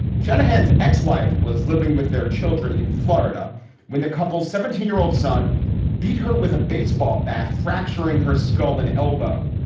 shanahan's ex-wife was living with their children in florida when the couple's seventeen year old son beat her with a baseball bat, fracturing her skull and elbow.